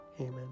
Amen